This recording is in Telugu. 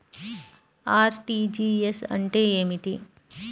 అర్.టీ.జీ.ఎస్ అంటే ఏమిటి?